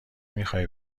میخوایی